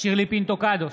שירלי פינטו קדוש,